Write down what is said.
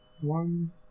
One